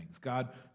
God